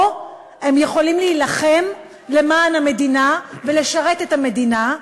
פה הם יכולים להילחם למען המדינה ולשרת את המדינה.